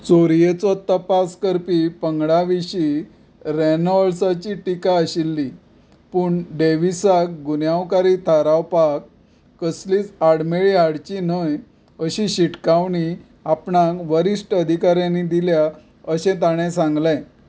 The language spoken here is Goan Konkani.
चोरयेचो तपास करपी पंगडा विशीं रेनॉल्ड्साची टिका आशिल्ली पूण डॅव्हिसाक गुन्यांवकारी थारावपाक कसलींच आडमेळीं हाडचीं न्हय अशी शिटकावणी आपणाक वरिश्ठ अधिकाऱ्यांनी दिल्या अशें ताणें सांगलें